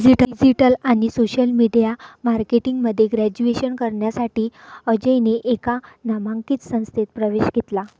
digital आणि social media marketing मध्ये graduation करण्यासाठी अजयने एका नामांकित संस्थेत प्रवेश घेतला